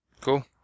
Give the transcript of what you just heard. Cool